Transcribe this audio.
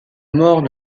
mort